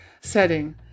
setting